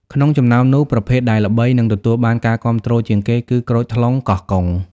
ក្នុងចំណោមនោះ ប្រភេទដែលល្បី និងទទួលបានការគាំទ្រជាងគេគឺ ក្រូចថ្លុងកោះកុង។